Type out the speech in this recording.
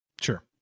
Sure